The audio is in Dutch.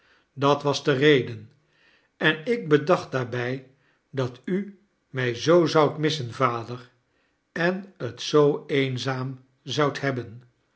dat was de reden en ik bedacht daarbij dat u mij zoo zoudt missen vader en t zoo eenzaam zoudt hebben